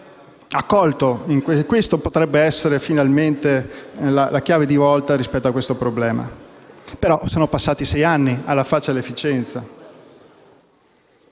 accolto: questa potrebbe essere finalmente la chiave di volta rispetto al problema. Tuttavia, sono passati sei anni: alla faccia dell'efficienza!